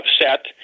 upset